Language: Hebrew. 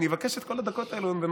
אני אבקש את כל הדקות האלה בנוסף.